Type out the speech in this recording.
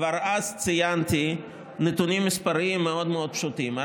אבל כבר אז ציינתי נתונים מספריים מאוד מאוד פשוטים.